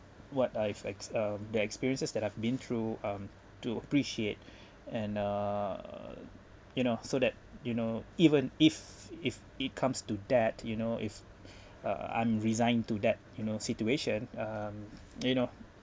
what I've ex~ um the experiences that I've been through um to appreciate and uh you know so that you know even if if it comes to that you know if uh I'm resigned to that you know situation um you know